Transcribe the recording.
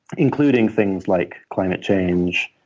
including things like climate change,